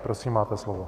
Prosím, máte slovo.